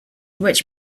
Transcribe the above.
which